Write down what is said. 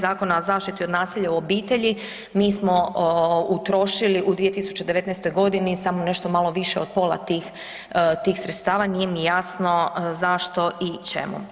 Zakona o zaštiti od nasilja u obitelji mi smo utrošili u 2019. g. samo nešto malo više od pola tih sredstava, nije mi jasno zašto i čemu.